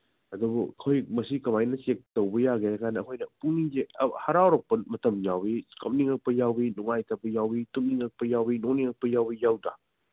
ꯑꯗꯨꯕꯨ ꯑꯩꯈꯣꯏ ꯃꯁꯤ ꯀꯃꯥꯏꯅ ꯆꯦꯛ ꯇꯧꯕ ꯌꯥꯒꯦ ꯍꯥꯏ ꯀꯥꯟꯗ ꯑꯩꯈꯣꯏꯗ ꯄꯨꯛꯅꯤꯡꯁꯦ ꯍꯔꯥꯎꯔꯛꯄ ꯃꯇꯝ ꯌꯥꯎꯋꯤ ꯀꯞꯅꯤꯡꯉꯛꯄ ꯌꯥꯎꯋꯤ ꯅꯨꯡꯉꯥꯏꯇꯕ ꯌꯥꯎꯋꯤ ꯇꯨꯝꯅꯤꯡꯉꯛꯄ ꯌꯥꯎꯋꯤ ꯅꯣꯛꯅꯤꯡꯉꯛꯄ ꯌꯥꯎꯋꯤ ꯌꯥꯎꯗ꯭ꯔꯥ